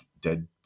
dead